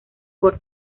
por